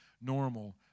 normal